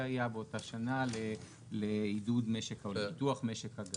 ככל שהיה באותה שנה לעידוד משק או לפיתוח משק הגז.